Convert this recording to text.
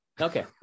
okay